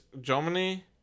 Germany